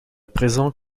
présent